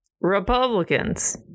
Republicans